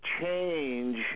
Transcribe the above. change